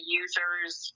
user's